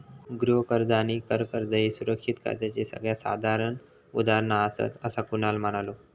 गृह कर्ज आणि कर कर्ज ह्ये सुरक्षित कर्जाचे सगळ्यात साधारण उदाहरणा आसात, असा कुणाल म्हणालो